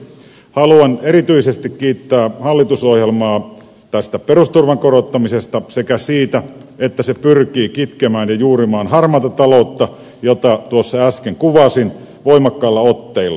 haluan erityisesti kiittää hallitusohjelmaa tästä perusturvan korottamisesta sekä siitä että se pyrkii kitkemään ja juurimaan harmaata taloutta jota tuossa äsken kuvasin voimakkailla otteilla